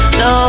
no